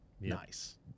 nice